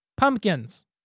pumpkins